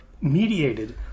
mediated